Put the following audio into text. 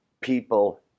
people